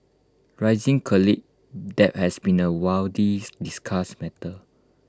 rising college debt has been A discussed matter